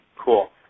Cool